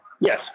Yes